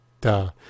duh